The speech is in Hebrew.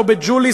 או בג'וליס,